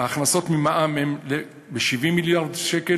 ההכנסות ממע"מ הן 70 מיליארד שקל,